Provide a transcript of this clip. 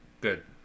good